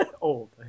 Old